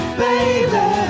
baby